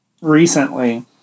recently